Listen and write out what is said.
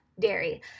dairy